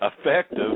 effective